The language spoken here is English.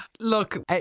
Look